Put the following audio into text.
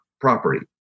property